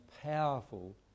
powerful